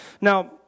Now